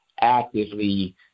actively